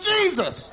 Jesus